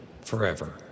forever